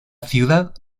ciudad